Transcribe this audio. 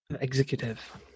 Executive